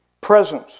Presence